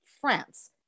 France